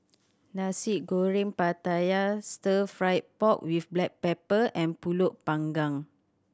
Nasi Goreng Pattaya Stir Fried Pork With Black Pepper and Pulut Panggang